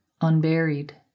unburied